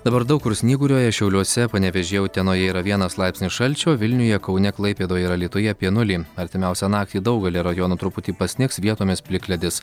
dabar daug kur snyguriuoja šiauliuose panevėžyje utenoje yra vienas laipsnis šalčio vilniuje kaune klaipėdoje ir alytuje apie nulį artimiausią naktį daugelyje rajonų truputį pasnigs vietomis plikledis